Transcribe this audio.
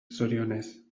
zorionez